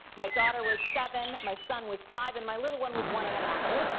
my daughter was seven, my son was five, and my little one was one and a half.